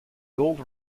gold